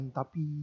tapi